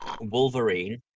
Wolverine